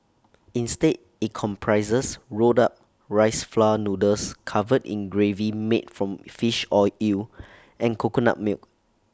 instead IT comprises rolled up rice flour noodles covered in gravy made from fish or eel and coconut milk